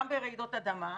גם ברעידות אדמה,